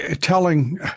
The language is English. telling